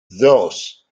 dos